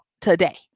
today